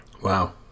Wow